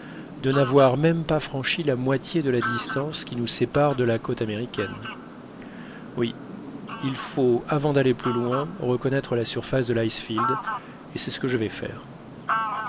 de n'avoir même pas franchi la moitié de la distance qui nous sépare de la côte américaine oui il faut avant d'aller plus loin reconnaître la surface de l'icefield et c'est ce que je vais faire